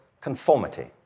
conformity